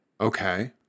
okay